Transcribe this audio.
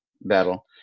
battle